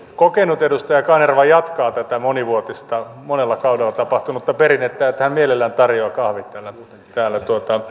kokenut edustaja kanerva jatkaa tätä monivuotista monella kaudella tapahtunutta perinnettä että hän mielellään tarjoaa kahvit